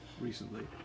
recently